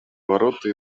ворота